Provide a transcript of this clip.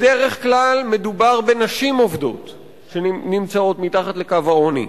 בדרך כלל מדובר בנשים עובדות שנמצאות מתחת לקו העוני.